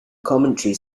commentary